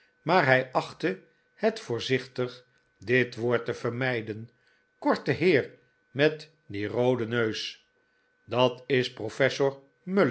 maar hij achtte het voorzichtig dit woord te vermijden korte heer met dien rooden neus dat is professor